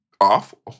awful